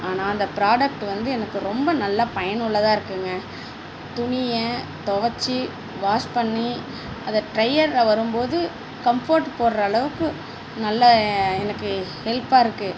ஆனால் அந்த ப்ராடெக்ட் வந்து எனக்கு ரொம்ப நல்லா பயனுள்ளதா இருக்குதுங்க துணியை துவச்சி வாஷ் பண்ணி அதை ட்ரையரில் வரும் போது கம்ஃபோர்ட் போடுகிற அளவுக்கு நல்லா எனக்கு ஹெல்ப்பாக இருக்குது